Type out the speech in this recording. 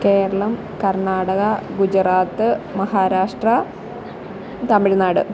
Keralam Karnataka Gujarat Maharashtra Tamil Nadu